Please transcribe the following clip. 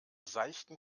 seichten